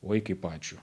oi kaip ačiū